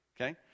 Okay